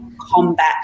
combat